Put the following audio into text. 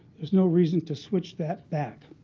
there's no reason to switch that back.